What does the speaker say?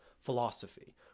philosophy